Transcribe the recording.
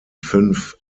fünf